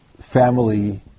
family